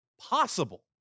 possible